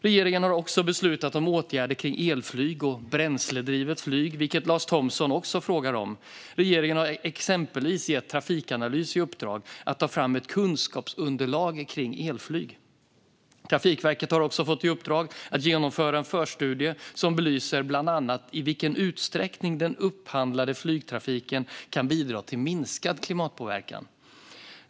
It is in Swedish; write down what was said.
Regeringen har också beslutat om åtgärder kring elflyg och biobränsledrivet flyg, vilket Lars Thomsson också frågar om. Regeringen har exempelvis gett Trafikanalys i uppdrag att ta fram ett kunskapsunderlag kring elflyg. Trafikverket har också fått i uppdrag att genomföra en förstudie som belyser bland annat i vilken utsträckning den upphandlade flygtrafiken kan bidra till minskad klimatpåverkan.